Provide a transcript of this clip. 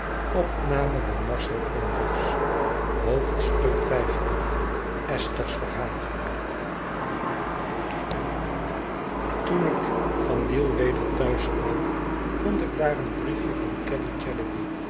s verhaal toen ik van deal weder thuis kwam vond ik daar een briefje van